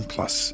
Plus